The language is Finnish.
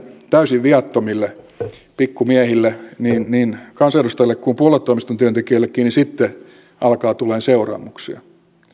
täysin viattomille pikkumiehille niin niin kansanedustajille kuin puoluetoimiston työntekijöillekin niin sitten alkaa tulla seuraamuksia